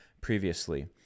previously